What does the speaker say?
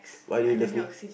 why do you love me